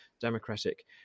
democratic